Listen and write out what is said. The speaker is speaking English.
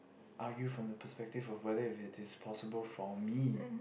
argue from the prospective of weather is possible for me